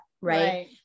Right